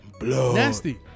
Nasty